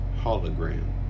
hologram